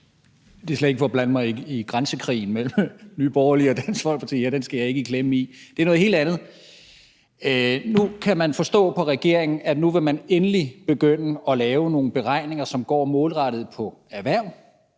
Det er slet ikke for at blande mig i grænsekrigen mellem Nye Borgerlige og Dansk Folkeparti. Den skal jeg ikke i klemme i. Det er noget helt andet. Nu kan vi forstå på regeringen, at man endelig vil begynde at lave nogle beregninger, som går målrettet på erhverv,